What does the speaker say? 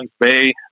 Bay